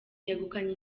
yegukanye